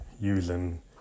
using